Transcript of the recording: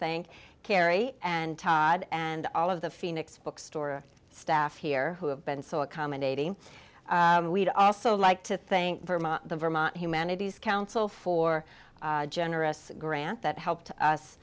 think kerry and todd and all of the phoenix bookstore staff here who have been so accommodating and we'd also like to think the vermont humanities council for generous grant that helped us